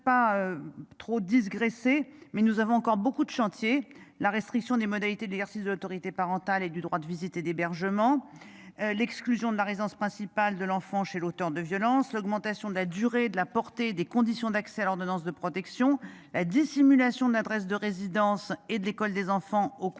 voudrais pas. Trop 10 graissé mais nous avons encore beaucoup de chantier la restriction des modalités d'exercice de l'autorité parentale et du droit de visite et d'hébergement. L'exclusion de la résidence principale de l'enfant chez l'auteur de violences, l'augmentation de la durée de la portée des conditions d'accès à l'ordonnance de protection. La dissimulation d'adresse de résidence et de l'école des enfants au à